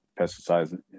pesticides